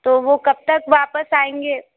तो वह कब तक वापस आयेंगे